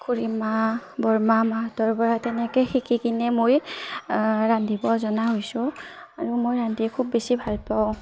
খুুৰীমা বৰমা মাহঁতৰ পৰা তেনেকৈ শিকিকিনে মই ৰান্ধিব জনা হৈছোঁ আৰু মই ৰান্ধি খুব বেছি ভাল পাওঁ